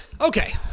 Okay